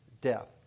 death